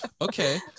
Okay